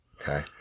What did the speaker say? Okay